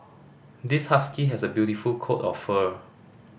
this husky has a beautiful coat of fur